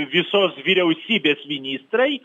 visos vyriausybės ministrai